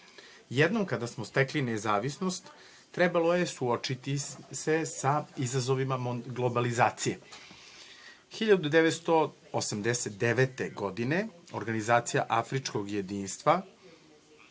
rata. Jednom kada smo stekli nezavisnost, trebalo je suočiti se sa izazovima globalizacije. Godine 1989. organizacija Afričkog jedinstva